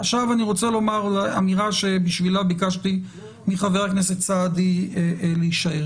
עכשיו אני רוצה לומר אמירה שבשבילה ביקשתי מחבר הכנסת סעדי להישאר.